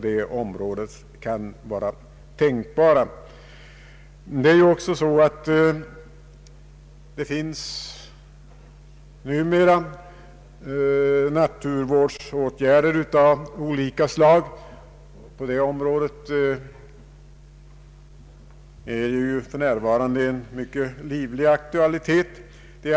Det vidtas numera naturvårdsåtgärder av olika slag, och på det fältet råder för närvarande en mycket livlig aktivitet.